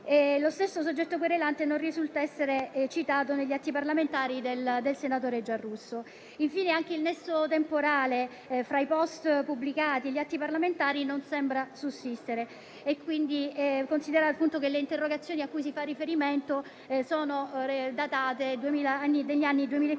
Lo stesso soggetto querelante non risulta essere citato negli atti parlamentari del senatore Giarrusso. Infine, anche il nesso temporale fra i *post* pubblicati e gli atti parlamentari non sembra sussistere, considerando che le interrogazioni cui si fa riferimento sono datate dal 2014